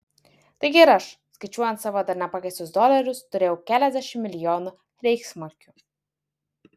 taigi ir aš skaičiuojant savo dar nepakeistus dolerius turėjau keliasdešimt milijonų reichsmarkių